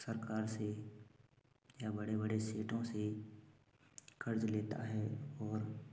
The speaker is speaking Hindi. सरकार से या बड़े बड़े सेठों से कर्ज़ लेता है और